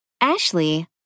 Ashley